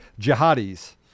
jihadis